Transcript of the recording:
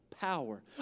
power